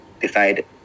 decide